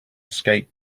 escape